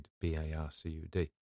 B-A-R-C-U-D